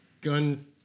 gun